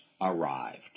arrived